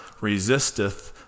resisteth